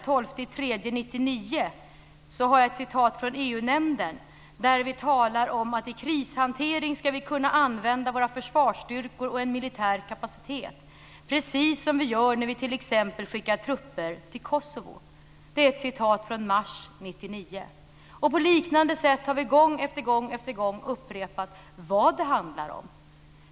Jag har ett citat från EU-nämnden från den 12 mars 1999 där vi talar om att vi i krishantering ska kunna använda våra försvarsstyrkor och en militär kapacitet precis som vi gör när vi t.ex. skickar trupper till Kosovo. Det är från mars 1999. På liknande sätt har vi gång efter gång upprepat vad det handlar om.